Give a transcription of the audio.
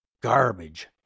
garbage